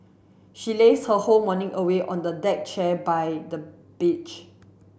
she lazed her whole morning away on the deck chair by the beach